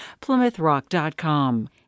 PlymouthRock.com